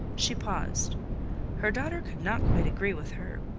she paused her daughter could not quite agree with her,